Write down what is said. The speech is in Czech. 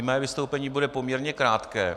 Mé vystoupení bude poměrně krátké.